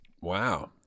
Wow